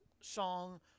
song